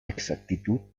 exactitud